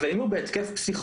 אבל אם הוא בהתקף פסיכוטי,